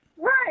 Right